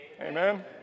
Amen